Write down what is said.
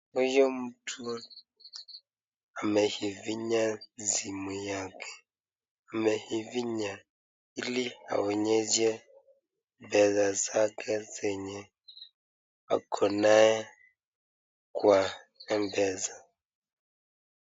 Huyu mtu ameifinya simu yake, ameifinya ili aonyeshe pesa zake zenye akonaye kwa M-PESA.